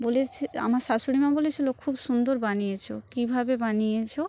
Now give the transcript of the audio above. বলেছি আমার শাশুড়িমা বলেছিল খুব সুন্দর বানিয়েছো কীভাবে বানিয়েছো